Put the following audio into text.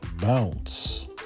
bounce